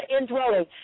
indwelling